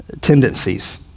tendencies